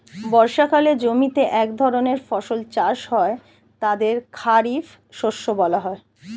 বর্ষাকালে জমিতে যে ধরনের ফসল চাষ হয় তাদের খারিফ শস্য বলা হয়